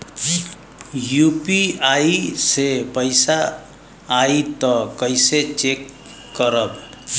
UPI से पैसा आई त कइसे चेक करब?